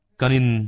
kanin